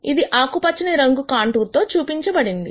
అది పచ్చని రంగు కాంటూర్ తో చూపించబడింది